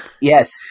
Yes